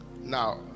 Now